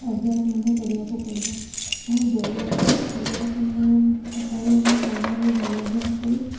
ଅଭ୍ୟାସ ମଧ୍ୟ କରିବାକୁ ପଡ଼ିବ ମୁଁ ଦୌଡ଼ ଅଭ୍ୟାସ କରିବା ସମୟରେ ମୁଁ ସକାଳେ ଏବଂ ସନ୍ଧ୍ୟାରେ ଦୌଡ଼ ଅଭ୍ୟାସ କରେ